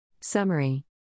Summary